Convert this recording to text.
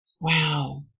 Wow